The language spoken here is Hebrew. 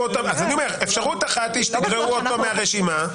אפשרות אחת היא שתגרעו אותו מהרשימה,